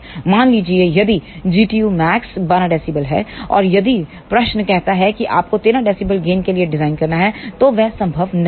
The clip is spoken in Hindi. मान लीजिए यदिGtumax12 dB है और यदि प्रश्न कहता है कि आपको 13 db गेन के लिए डिज़ाइन करना है तो वह संभव नहीं है